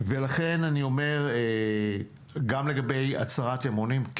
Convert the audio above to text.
ולכן אני אומר גם לגבי הצהרת אמונים,